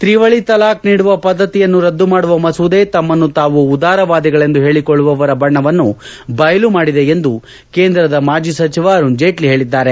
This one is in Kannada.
ತಿವಳಿ ತಲಾಖ್ ನೀಡುವ ಪದ್ಧತಿಯನ್ನು ರದ್ದು ಮಾಡುವ ಮಸೂದೆ ತಮ್ಮನ್ನು ತಾವು ಉದಾರವಾದಿಗಳೆಂದು ಹೇಳಿಕೊಳ್ಳುವವರ ಬಣ್ಣವನ್ನು ಬಯಲು ಮಾಡಿದೆ ಎಂದು ಕೇಂದ್ರದ ಮಾಜಿ ಸಚಿವ ಅರುಣ್ ಜೇಟ್ಲಿ ಹೇಳಿದ್ದಾರೆ